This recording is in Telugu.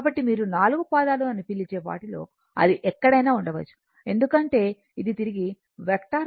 కాబట్టి మీరు నాలుగు పాదాలు అని పిలిచే వాటిల్లో అది ఎక్కడైనా ఉండవచ్చు ఎందుకంటే ఇది తిరిగే వెక్టార్